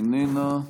איננה.